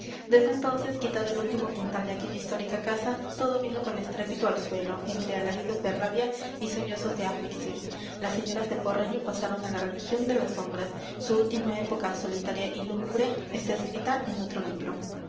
desde entonces quitado el último puntal de aquella histórica casa todo vino con estrépito al suelo entre alaridos de rabia y sollozos de aflicción las señoras de porreño pasaron a la religión de las sombras su última época solitaria y lúgubre está escrita en otro libro